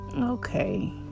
okay